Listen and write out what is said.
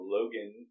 Logan